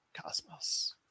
Cosmos